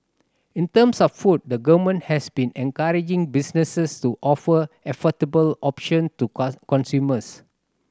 in terms of food the Government has been encouraging businesses to offer affordable option to consumers